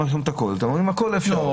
הכול ואומרים שהכול אפשר.